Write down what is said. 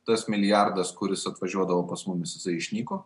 tas milijardas kuris atvažiuodavo pas mumis jisai išnyko